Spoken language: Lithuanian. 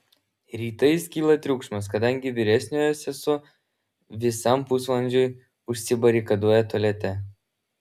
rytais kyla triukšmas kadangi vyresnioji sesuo visam pusvalandžiui užsibarikaduoja tualete